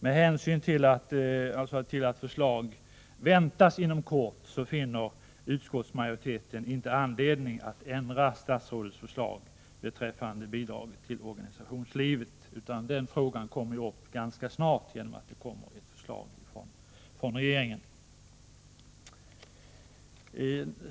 Med hänsyn till att förslag väntas inom kort finner utskottsmajoriteten ingen anledning att ändra statsrådets förslag beträffande bidrag till organisationslivet. Den frågan kommer ju upp ganska snart i form av ett förslag från regeringen.